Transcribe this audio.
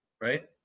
right